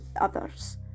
others